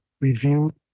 review